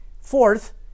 Fourth